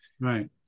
Right